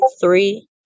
three